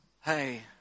hey